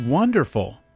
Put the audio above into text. Wonderful